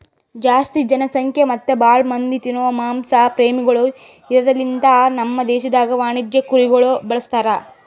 ಜಾಸ್ತಿ ಜನಸಂಖ್ಯಾ ಮತ್ತ್ ಭಾಳ ಮಂದಿ ತಿನೋ ಮಾಂಸ ಪ್ರೇಮಿಗೊಳ್ ಇರದ್ ಲಿಂತ ನಮ್ ದೇಶದಾಗ್ ವಾಣಿಜ್ಯ ಕುರಿಗೊಳ್ ಬಳಸ್ತಾರ್